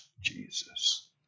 Jesus